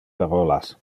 parolas